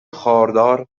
خاردار